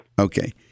Okay